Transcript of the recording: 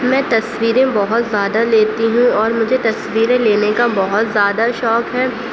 میں تصویریں بہت زیادہ لیتی ہوں اور مجھے تصویریں لینے کا بہت زیادہ شوق ہے